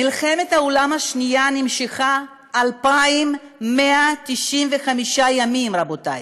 מלחמת העולם השנייה נמשכה 2,195 ימים, רבותי,